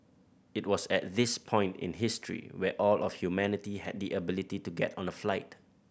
it was at this point in history where all of humanity had the ability to get on a flight